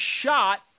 shot